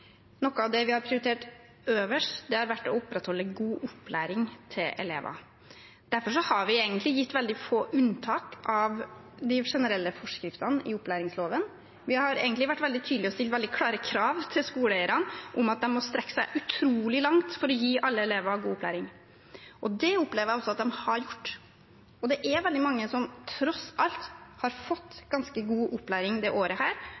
Noe av det vi har prioritert høyest, har vært å opprettholde god opplæring til elever. Derfor har vi egentlig gitt veldig få unntak fra de generelle forskriftene i opplæringsloven. Vi har egentlig vært veldig tydelige og stilt veldig klare krav til skoleeierne om at de må strekke seg utrolig langt for å gi alle elever god opplæring, og det opplever jeg også at de har gjort. Det er mange som tross alt har fått ganske god opplæring dette året,